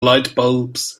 lightbulbs